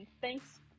Thanks